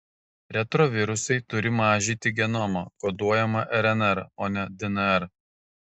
retrovirusai turi mažyti genomą koduojamą rnr o ne dnr